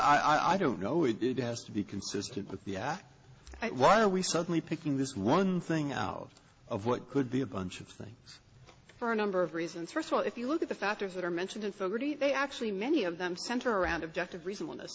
i don't know if it has to be consistent but yeah why are we suddenly picking this one thing out of what could be a bunch of things for a number of reasons first of all if you look at the factors that are mentioned in somebody they actually many of them center around objective reason want us